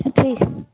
ठीक